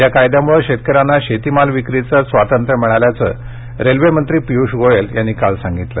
या कायद्यामुळे शेतकऱ्यांना शेतीमाल विक्रीचं स्वातंत्र्य मिळाल्याचं रेल्वे मंत्री पीयूष गोयल काल म्हणाले